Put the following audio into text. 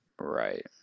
right